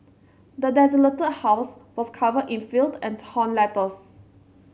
the desolated house was covered in filth and torn letters